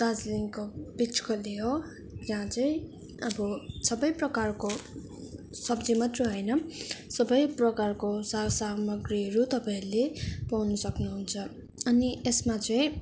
दार्जिलिङको बिच गल्ली हो जहाँ चाहिँ अब सबै प्रकारको सब्जी मात्रै होइन सबै प्रकारको सा सामाग्रीहरू तपाईँहरूले पाउनु सक्नुहुन्छ अनि यसमा चाहिँ